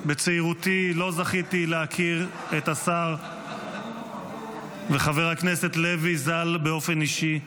בצעירותי לא זכיתי להכיר את השר וחבר הכנסת לוי ז"ל באופן אישי,